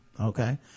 okay